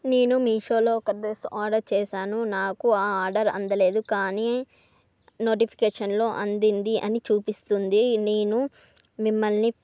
నేను మీషోలో ఒక డ్రెస్ ఆర్డర్ చేశాను నాకు ఆ ఆర్డర్ అందలేదు కానీ నోటిఫికేషన్లో అందింది అని చూపిస్తుంది నేను మిమ్మల్ని